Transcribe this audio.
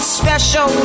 special